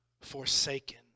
forsaken